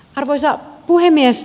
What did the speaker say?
arvoisa puhemies